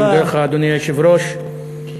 אדוני היושב-ראש,